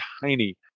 tiny